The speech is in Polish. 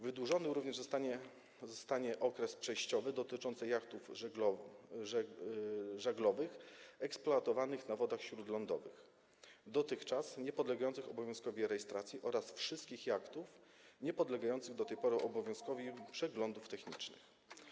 Wydłużony zostanie również okres przejściowy dotyczący jachtów żaglowych eksploatowanych na wodach śródlądowych, które dotychczas nie podlegały obowiązkowi rejestracji, oraz wszystkich jachtów niepodlegających do tej pory obowiązkowi przeglądów technicznych.